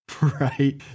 Right